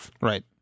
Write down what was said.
right